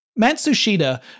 Matsushita